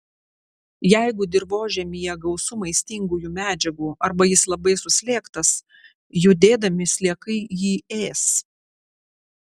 jeigu dirvožemyje gausu maistingųjų medžiagų arba jis labai suslėgtas judėdami sliekai jį ės